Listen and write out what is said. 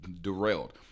derailed